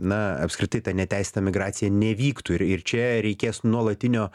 na apskritai ta neteisėta migracija nevyktų ir ir čia reikės nuolatinio